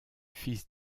fils